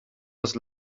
was